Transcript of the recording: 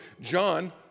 John